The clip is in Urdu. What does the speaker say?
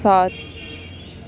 سات